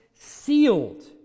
sealed